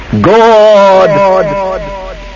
God